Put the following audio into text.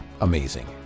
amazing